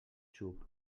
xup